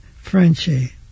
Frenchie